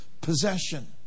possession